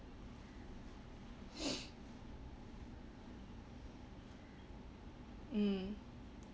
mm